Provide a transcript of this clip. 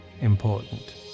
important